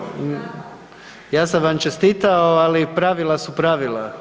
Ja sam vam čestitao, ali pravila su pravila.